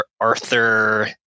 Arthur